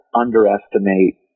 underestimate